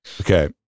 Okay